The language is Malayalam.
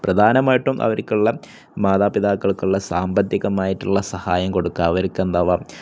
പ്രധാനമായിട്ടും അവർക്കുള്ള മാതാപിതാക്കൾക്കുള്ള സാമ്പത്തികമായിട്ടുള്ള സഹായം കൊടുക്കുക അവർക്കെന്താണ്